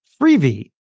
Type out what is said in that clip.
Freebie